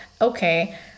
okay